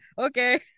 okay